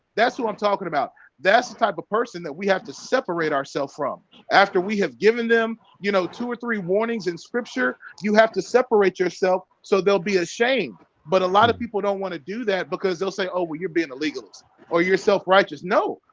that's what i'm talking about that's the type of person that we have to separate ourselves from after we have given them, you know two or three warnings in scripture. you have to separate yourself so they'll be ashamed but a lot of people don't want to do that because they'll say oh were you're being illegal or you're self-righteous. no,